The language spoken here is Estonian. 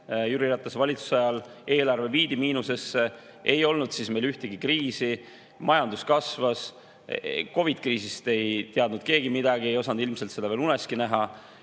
Jüri Ratase valitsuse ajal eelarve viidi miinusesse. Ei olnud meil siis ühtegi kriisi, majandus kasvas, COVID-kriisist ei teadnud keegi midagi, ei osanud ilmselt seda veel uneski näha.